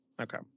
Okay